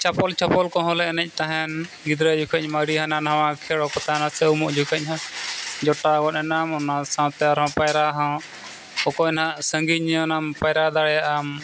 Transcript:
ᱪᱟᱯᱚᱞ ᱪᱟᱯᱚᱞ ᱠᱚᱦᱚᱸ ᱞᱮ ᱮᱱᱮᱡ ᱛᱟᱦᱮᱱ ᱜᱤᱫᱽᱨᱟᱹ ᱡᱚᱠᱷᱚᱡ ᱢᱟ ᱟᱹᱰᱤ ᱦᱟᱱᱟ ᱱᱷᱟᱣᱟ ᱠᱷᱮᱲᱚ ᱠᱚ ᱛᱟᱦᱮᱱᱟ ᱥᱮ ᱩᱢᱩᱜ ᱡᱚᱠᱷᱚᱡ ᱦᱚᱸ ᱡᱚᱴᱟᱣ ᱜᱚᱫ ᱮᱱᱟᱢ ᱚᱱᱟ ᱥᱟᱶᱛᱮ ᱟᱨᱦᱚᱸ ᱯᱟᱭᱨᱟ ᱦᱚᱸ ᱚᱠᱚᱭ ᱱᱟᱦᱟᱜ ᱥᱟᱺᱜᱤᱧ ᱧᱚᱜ ᱟᱢ ᱯᱟᱭᱨᱟ ᱫᱟᱲᱮᱭᱟᱜᱼᱟᱢ